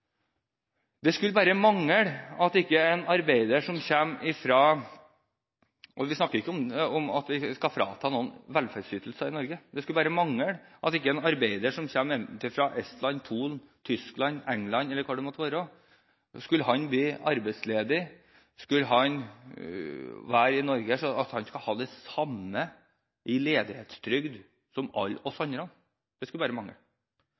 Vi snakker ikke om at vi skal frata noen i Norge velferdsytelser – det skulle bare mangle når det gjelder en arbeider som kommer fra Estland, Polen, Tyskland, England eller hva det det måtte være: Skulle han bli arbeidsledig og være her i Norge, skal han ha det samme i ledighetstrygd som alle oss andre. Det skulle bare mangle!